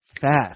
fast